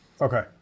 okay